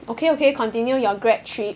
okay okay continue your grad trip